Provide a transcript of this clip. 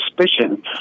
suspicion